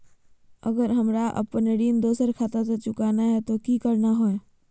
अगर हमरा अपन ऋण दोसर खाता से चुकाना है तो कि करना है?